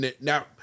now